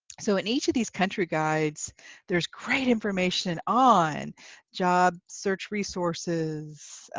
so in each of these country guides there's great information on job search resources,